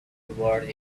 toward